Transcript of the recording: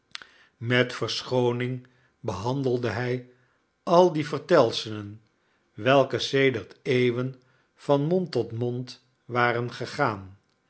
met verschooning behandelde hij al die vertelselen welke sedert eeuwen van mond tot mond waren gegaan